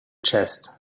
chest